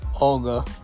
Olga